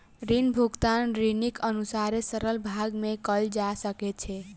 ऋण भुगतान ऋणीक अनुसारे सरल भाग में कयल जा सकै छै